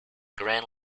grand